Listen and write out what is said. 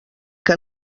que